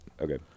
Okay